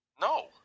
No